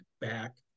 back